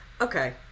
Okay